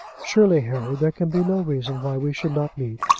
surely, harry, there can be no reason why we should not meet.